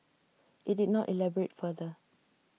IT did not elaborate further